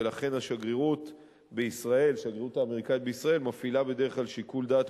ולכן השגרירות האמריקנית בישראל מפעילה בדרך כלל שיקול דעת